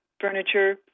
furniture